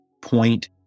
point